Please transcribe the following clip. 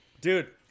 Dude